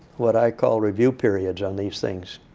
what i call review periods on these things.